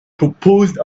proposed